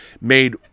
made